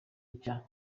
nshya